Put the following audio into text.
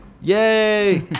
yay